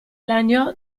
lagnò